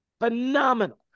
phenomenal